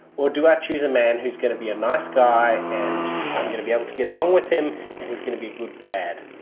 or do i choose a man who's going to be a nice guy and i'm going to be able to get along with him and he's going to be a good dad.